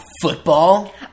football